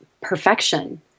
perfection